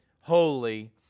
holy